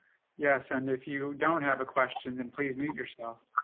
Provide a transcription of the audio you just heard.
yes, and if you don't have a question, then please mute yourself.